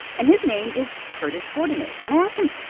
and his name is curtis bordenave. and i asked him,